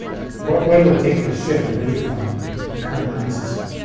what what will it take to shift away from the current money system?